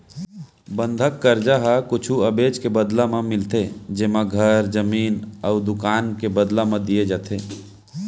बंधक करजा ह कुछु अबेज के बदला म मिलथे जेमा घर, जमीन अउ दुकान के बदला म दिये जाथे